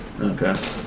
Okay